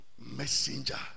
messenger